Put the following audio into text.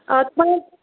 आता